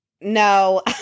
No